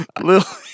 Little